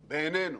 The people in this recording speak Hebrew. בעינינו,